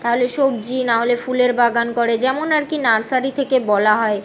তাহলে সবজি না হলে ফুলের বাগান করে যেমন আর কি নার্সারি থেকে বলা হয়